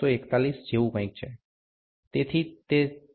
241 જેવું કંઈક છે તેથી તે 24